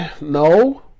No